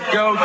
go